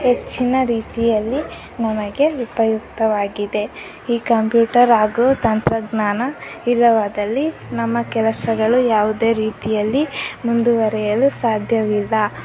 ಹೆಚ್ಚಿನ ರೀತಿಯಲ್ಲಿ ನಮಗೆ ಉಪಯುಕ್ತವಾಗಿದೆ ಈ ಕಂಪ್ಯೂಟರ್ ಹಾಗೂ ತಂತ್ರಜ್ಞಾನ ಇಲ್ಲವಾದಲ್ಲಿ ನಮ್ಮ ಕೆಲಸಗಳು ಯಾವುದೇ ರೀತಿಯಲ್ಲಿ ಮುಂದುವರೆಯಲು ಸಾಧ್ಯವಿಲ್ಲ